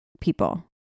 people